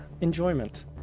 enjoyment